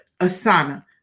Asana